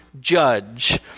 judge